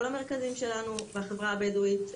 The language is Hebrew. כל המרכזים שלנו בחברה הבדואית,